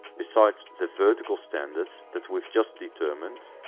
besides the vertical standards that we've just determined,